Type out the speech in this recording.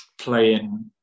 playing